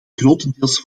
grotendeels